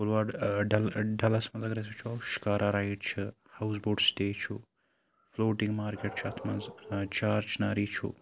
boulevard Dal ڈَلَس مَنٛز اَگر أسی وٕچھو شِکارا رایڈ چھِ ہاوُس بوٹ سٹے چھُ فلوٹِنٛگ مارکٹ چھُ اتھ مَنٛز چارچِناری چھُ